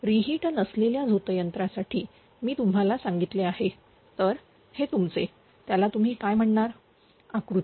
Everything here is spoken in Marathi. रि हिट नसलेल्या झोतयंत्रासाठी मी तुम्हाला सांगितले आहे तर हे तुमचे तुम्ही त्याला काय म्हणणार आकृती